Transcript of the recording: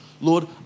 Lord